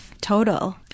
total